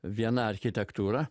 viena architektūra